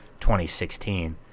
2016